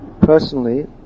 personally